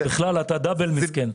אתה דאבל מסכן.